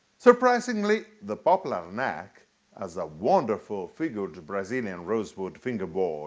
surprisingly, the poplar neck has a wonderful figured brazilian rosewood fingerboard